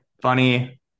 Funny